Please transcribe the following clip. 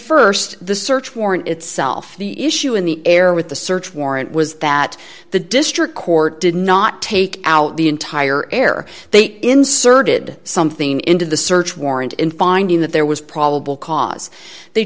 in st the search warrant itself the issue in the air with the search warrant was that the district court did not take out the entire air they inserted something into the search warrant in finding that there was probable cause they